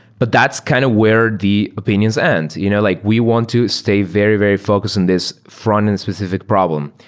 but that's kind of where the opinions end. you know like we want to stay very, very focused in this frontend specific problem.